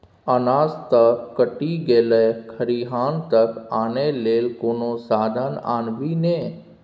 अनाज त कटि गेलै खरिहान तक आनय लेल कोनो साधन आनभी ने